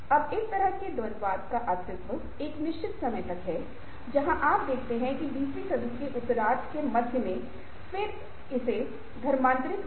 अब इस तरह के द्वंद्ववाद का अस्तित्व एक निश्चित समय तक था जहां आप देखते हैं कि 20 वीं सदी के उत्तरार्ध के मध्य में फिर सेचे धर्मान्तरित हुए